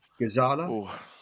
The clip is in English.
Gazala